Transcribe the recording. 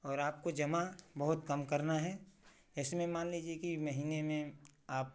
और आपको जमा बहुत कम करना है ऐसे में मान लीजिए कि महीने में आप